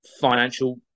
financial